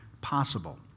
possible